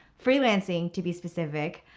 freelancing to be specific.